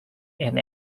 and